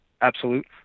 absolute